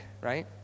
right